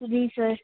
जी sir